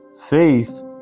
faith